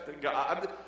God